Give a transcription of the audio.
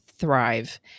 thrive